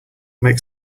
make